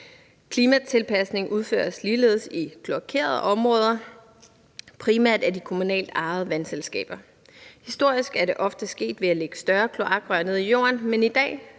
Klimatilpasning udføres ligeledes i kloakerede områder, primært af de kommunalt ejede vandselskaber. Historisk er det ofte sket ved at lægge større kloakrør ned i jorden, men i dag